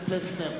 פלסנר,